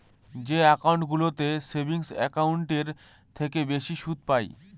যে একাউন্টগুলোতে সেভিংস একাউন্টের থেকে বেশি সুদ পাই